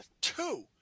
two